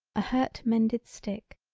a hurt mended stick,